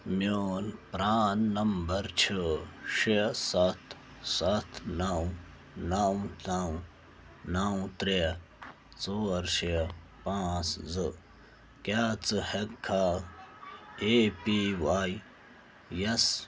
میٛون پرٛان نمبر چھُ شےٚ سَتھ سَتھ نَو نَو نَو نَو ترٛےٚ ژور شےٚ پانٛژھ زٕ کیٛاہ ژٕ ہیٚکہٕ کھا اے پی واے یس